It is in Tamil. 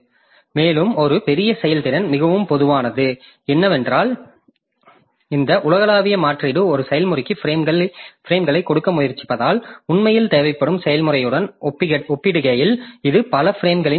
மேலும் ஒரு பெரிய செயல்திறன் மிகவும் பொதுவானது ஏனென்றால் இந்த உலகளாவிய மாற்றீடு ஒரு செயல்முறைக்கு பிரேம்களை கொடுக்க முயற்சிப்பதால் உண்மையில் தேவைப்படும் செயல்முறையுடன் ஒப்பிடுகையில் இது பல பிரேம்கள் தேவையில்லை